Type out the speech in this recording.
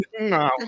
No